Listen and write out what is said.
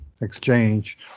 exchange